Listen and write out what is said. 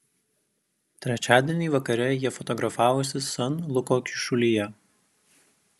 trečiadienį vakare jie fotografavosi san luko kyšulyje